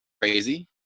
crazy